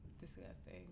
Disgusting